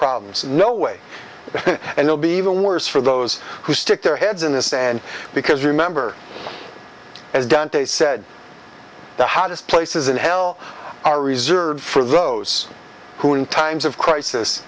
problems in no way and will be even worse for those who stick their heads in the sand because remember as dante said the hottest places in hell are reserved for those who in times of crisis